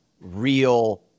real